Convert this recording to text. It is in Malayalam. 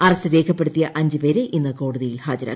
അറസ്റ്റ് രേഖരപ്പെടുത്തിയ അഞ്ച് പേരെ ഇന്ന് കോടതിയിൽ ഹാജരാക്കും